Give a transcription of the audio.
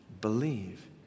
Believe